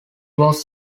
was